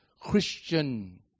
Christian